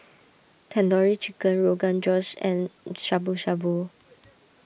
Tandoori Chicken Rogan Josh and Shabu Shabu